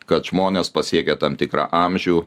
kad žmonės pasiekę tam tikrą amžių